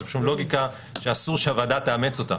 זו לוגיקה שאסור שהוועדה תאמץ.